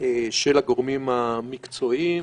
של הגורמים המקצועיים,